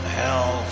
hell